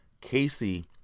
Casey